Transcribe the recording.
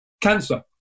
cancer